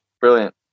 Brilliant